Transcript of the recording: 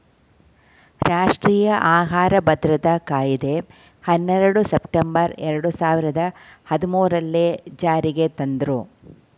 ರಾಷ್ಟ್ರೀಯ ಆಹಾರ ಭದ್ರತಾ ಕಾಯಿದೆ ಹನ್ನೆರಡು ಸೆಪ್ಟೆಂಬರ್ ಎರಡು ಸಾವಿರದ ಹದ್ಮೂರಲ್ಲೀ ಜಾರಿಗೆ ತಂದ್ರೂ